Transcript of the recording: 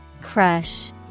Crush